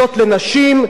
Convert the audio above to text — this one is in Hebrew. להומואים,